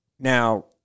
Now